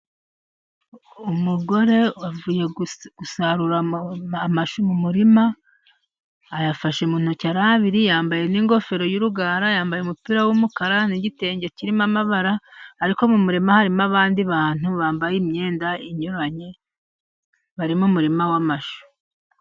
Umugore avuye gusarura amashu mu murima, ayafashe mu ntoki ari abiri, yambaye n'ingofero y'urugara, yambaye umupira w'umukara nigitenge kirimo amabara, ariko mu murima harimo abandi bantu bambaye imyenda inyuranye, bari mu murima w'amashu.